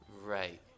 Right